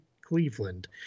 cleveland